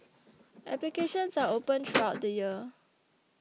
applications are open throughout the year